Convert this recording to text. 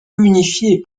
unifié